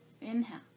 Inhale